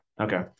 Okay